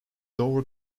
dover